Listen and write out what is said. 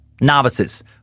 novices